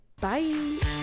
Bye